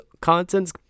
content's